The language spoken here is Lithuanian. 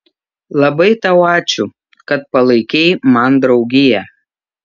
labai tau ačiū kad palaikei man draugiją